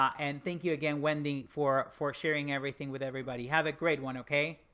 and thank you again wendy for for sharing everything with everybody, have a great one, okay.